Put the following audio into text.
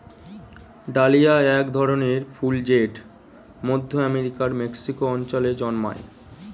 dahlia এক ধরনের ফুল জেট মধ্য আমেরিকার মেক্সিকো অঞ্চলে জন্মায়